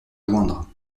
joindre